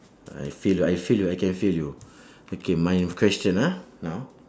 I feel ah I feel you I can feel you okay my question ah now